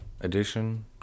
edition